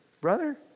brother